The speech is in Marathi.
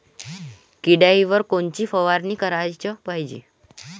किड्याइवर कोनची फवारनी कराच पायजे?